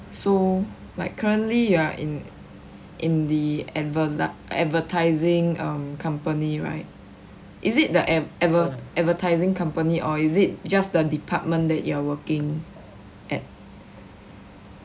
so like currently you are in in the adver~ advertising um company right is it the adver~ adver~ advertising company or is it just the department that you are working at